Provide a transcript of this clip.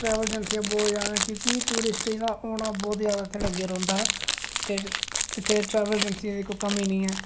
travel एजेंसियां बहुत जैदा क्योंकि टुरिस्टें दा औना इत्थै बहुत जैदा लग्गे दा रौंह्दा ते ट्रैवल एजेंसियें दी इत्थै कोई कमीं निं ऐ